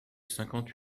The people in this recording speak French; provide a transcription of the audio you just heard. cinquante